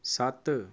ਸੱਤ